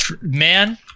Man